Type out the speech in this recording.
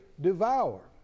devour